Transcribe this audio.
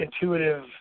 intuitive